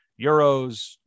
Euros